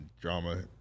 drama